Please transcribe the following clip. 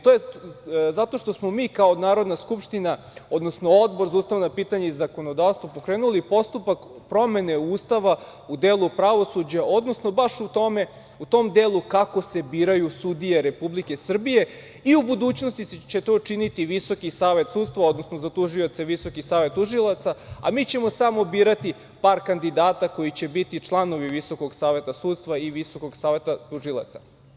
To je zato što smo mi kao Narodna skupština, odnosno Odbor za ustavna pitanja i zakonodavstvo pokrenuli postupak promene Ustava u delu pravosuđa, odnosno baš u tom delu kako se biraju sudije Republike Srbije i u budućnosti će to činiti Visoki savet sudstva, odnosno za tužioce Visoki savet tužilaca, a mi ćemo samo birati par kandidata koji će biti članovi Visokog saveta sudstva i Visokog saveta tužilaca.